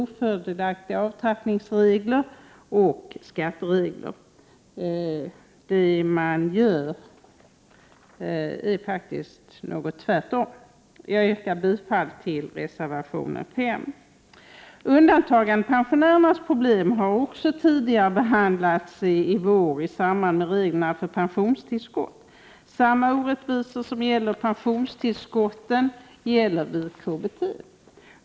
1988/89:110 ofördelaktiga avtrappningsoch skatteregler. Man gör faktiskt tvärtom. Jag 9 maj 1989 yrkar bifall till reservation 5. Undantagandepensionärernas problem har behandlats också tidigare i vår i samband med behandlingen av reglerna för pensionstillskott. Samma orättvisor som gäller pensionstillskotten gäller också för KBT.